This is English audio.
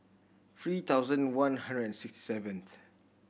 three thousand one hundred and sixty seventh